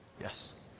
Yes